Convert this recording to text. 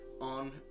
on